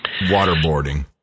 Waterboarding